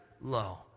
low